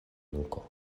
nuko